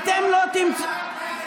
אתם לא תמצאו, הצבעה.